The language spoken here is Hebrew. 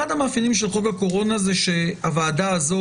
אחד המאפיינים של חוק הקורונה הוא שהוועדה הזאת,